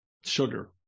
sugar